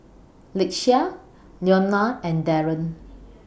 Lakeshia Leona and Daron